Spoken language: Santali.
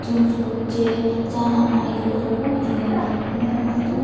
ᱯᱷᱤᱞᱤᱢ ᱥᱩᱴ ᱥᱮ ᱡᱟᱦᱟᱱᱟᱜ ᱚᱱᱟ ᱤᱭᱟᱹ ᱠᱚᱨᱮ ᱠᱚ ᱤᱭᱟᱹᱭᱟ ᱚᱱᱮ ᱚᱱᱟ ᱫᱚ